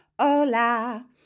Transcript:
Hola